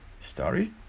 story